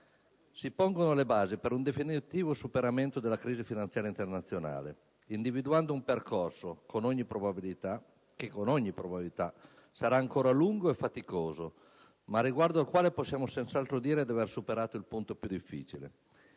si pongono le basi per un definitivo superamento della crisi finanziaria internazionale, individuando un percorso che, con ogni probabilità, sarà ancora lungo e faticoso, ma riguardo al quale possiamo senz'altro dire di avere superato il punto più difficile.